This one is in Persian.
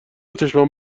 چشمام